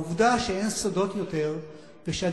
העובדה שאין סודות יותר ושהדיפלומטיה,